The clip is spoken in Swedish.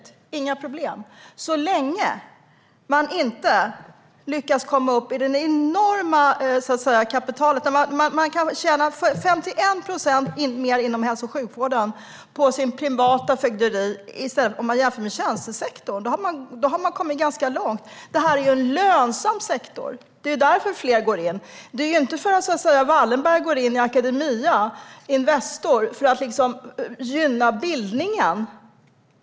Det är inga problem så länge man inte lyckas komma upp i ett enormt kapital. Man kan tjäna 51 procent mer på sitt privata fögderi i hälso och sjukvården än i tjänstesektorn. Då har man kommit ganska långt. Det här är ju en lönsam sektor. Det är därför fler går in. Det är ju inte så att Wallenberg går in i Academedia för att gynna bildningen.